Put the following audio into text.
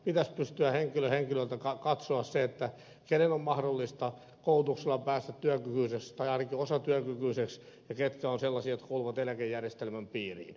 pitäisi pystyä henkilö henkilöltä katsomaan se kenen on mahdollista koulutuksella päästä työkykyiseksi tai ainakin osatyökykyiseksi ja ketkä ovat sellaisia jotka kuuluvat eläkejärjestelmän piiriin